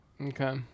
Okay